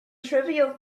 trivial